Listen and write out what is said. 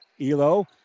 Elo